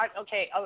Okay